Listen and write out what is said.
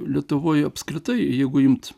lietuvoje apskritai jeigu imt